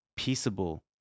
Peaceable